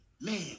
man